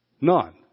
None